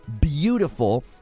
beautiful